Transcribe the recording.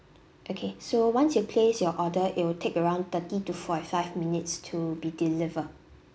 okay so once you place your order it will take around thirty to forty five minutes to be delivered